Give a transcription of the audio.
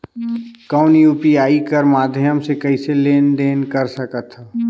कौन यू.पी.आई कर माध्यम से कइसे लेन देन कर सकथव?